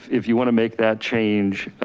if you want to make that change